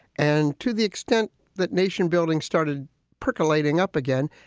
and to the extent that nation building started percolating up again,